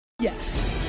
yes